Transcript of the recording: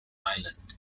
island